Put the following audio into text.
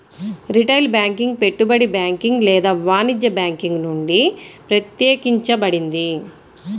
retail banking పెట్టుబడి banking లేదా వాణిజ్య బ్యాంకింగ్ నుండి ప్రత్యేకించబడింది